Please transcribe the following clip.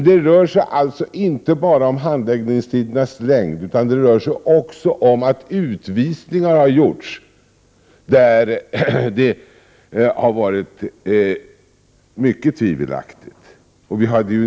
Det rör sig alltså inte bara om handläggningstidernas längd, utan också om att utvisningar har gjorts i mycket tveksamma fall.